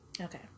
Okay